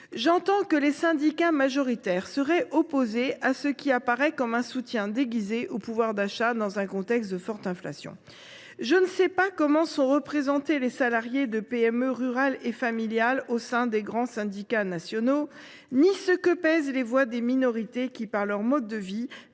J’entends que les syndicats majoritaires seraient opposés à ce qui apparaîtrait comme un soutien déguisé au pouvoir d’achat dans un contexte de forte inflation. Je ne sais pas comment sont représentés les salariés des PME rurales et familiales au sein des grands syndicats nationaux ni ce que pèsent les voix de minorités qui, par leur mode de vie,